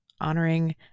honoring